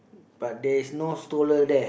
but there's is no stoler there